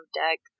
deck